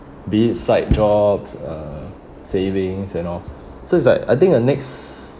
be it side jobs uh savings and all so it's like I think the next